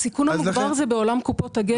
הסיכון המוגבר הוא בעולם קופות הגמל.